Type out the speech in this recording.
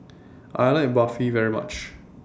I like Barfi very much